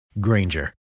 Granger